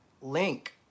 link